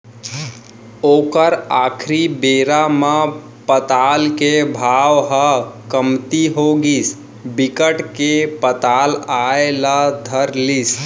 ओखर आखरी बेरा म पताल के भाव ह कमती होगिस बिकट के पताल आए ल धर लिस